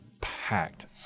packed